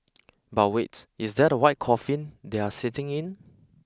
but wait is that a white coffin they are sitting in